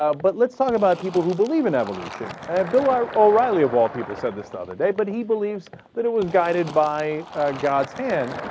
but let's talk about people who believe in evolution at bill are all riley of all people said the star today but he believes that it was guided by god's hand